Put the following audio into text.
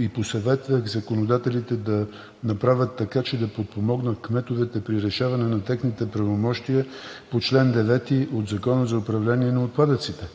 и посъветвах законодателите да направят така, че да подпомогнат кметовете при решаване на техните правомощия по чл. 9 от Закона за управление на отпадъците.